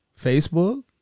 Facebook